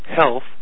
health